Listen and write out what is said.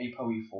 APOE4